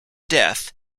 death